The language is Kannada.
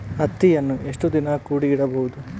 ಹತ್ತಿಯನ್ನು ಎಷ್ಟು ದಿನ ಕೂಡಿ ಇಡಬಹುದು?